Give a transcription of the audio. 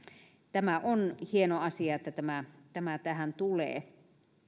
tämä on hieno asia että tämä tämä tähän tulee